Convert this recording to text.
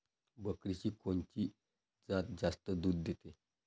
बकरीची कोनची जात जास्त दूध देते?